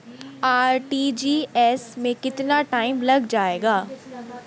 RTGS में कितना time लग जाएगा?